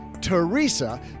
Teresa